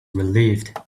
relieved